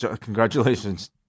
Congratulations